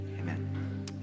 amen